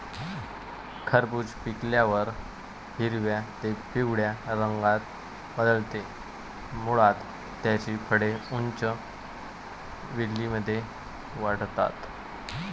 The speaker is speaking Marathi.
खरबूज पिकल्यावर हिरव्या ते पिवळ्या रंगात बदलते, मुळात त्याची फळे उंच वेलींमध्ये वाढतात